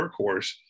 workhorse